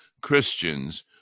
Christians